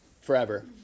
forever